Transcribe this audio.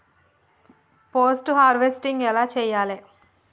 Post harvesting ఎలా చెయ్యాలే?